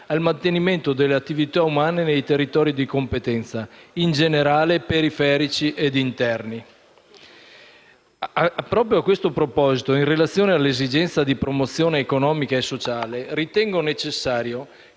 al mantenimento dell'attività umana nei territori di competenza, in generale periferici e interni. Proprio a questo proposito, in relazione all'esigenza di promozione economica e sociale, ritengo necessario